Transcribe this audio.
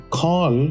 call